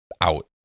out